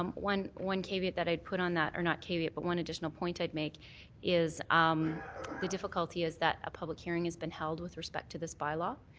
um one one caveat that i'd put on that not caveat but one additional point i'd make is um the difficulty is that a public hearing has been held with respect to this bylaw.